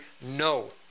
No